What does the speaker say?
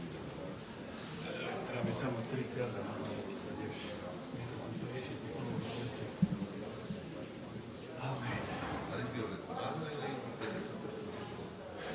Hvala.